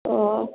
तो